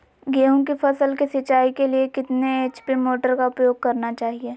गेंहू की फसल के सिंचाई के लिए कितने एच.पी मोटर का उपयोग करना चाहिए?